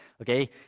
Okay